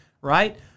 Right